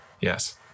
Yes